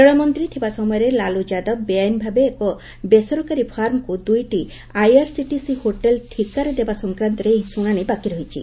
ରେଳମନ୍ତ୍ରୀ ଥିବା ସମୟରେ ଲାଲୁ ଯାଦବ ବେଆଇନ ଭାବେ ଏକ ବେସରକାରୀ ଫାର୍ମକୁ ଦୁଇଟି ଆଇଆର୍ସିଟିସି ହୋଟେଲ୍ ଠିକାରେ ଦେବା ସଂକ୍ରାନ୍ତରେ ଏହି ଶୁଣାଣି ବାକି ରହିଛି